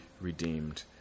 redeemed